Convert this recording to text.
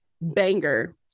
banger